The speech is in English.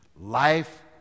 Life